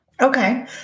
Okay